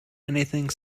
anything